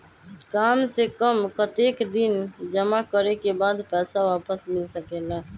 काम से कम कतेक दिन जमा करें के बाद पैसा वापस मिल सकेला?